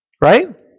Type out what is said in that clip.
Right